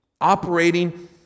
operating